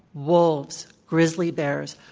wolves, grizzly bears,